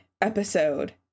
episode